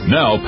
Now